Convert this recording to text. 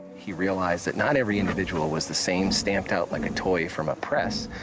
he realized that not every individual was the same, stamped out like a toy from a press,